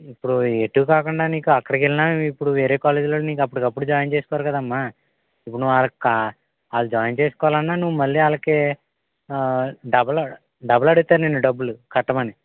ఇప్పుడు ఏటూ కాకుండా నీకు అక్కడికి వెళ్ళినా ఇప్పుడు వేరే కాలేజిలో నీకు అప్పటికి అప్పుడు జాయిన్ చేసుకోరు కదమ్మా ఇప్పుడు నువ్వు ఆ కా వాళ్ళు జాయిన్ చేసుకోవాలి అన్నా నువ్వు మళ్ళీ వాళ్ళకి డబల్ డబలు అడుగుతారు నిన్ను డబ్బులు కట్టమని